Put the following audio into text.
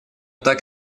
так